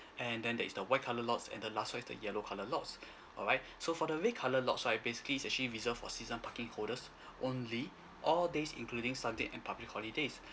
and then there is the white colour lot and the last one is the yellow colour lot alright so for the red colour lot so ah basically is actually reserved for season parking holders only all days including sunday and public holidays